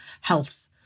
health